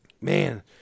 Man